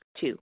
Two